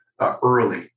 early